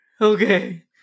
Okay